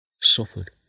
suffered